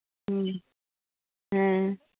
ᱦᱩᱸ ᱦᱮᱸ